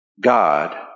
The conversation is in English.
God